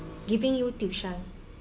giving you tuition